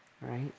right